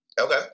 Okay